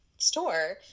store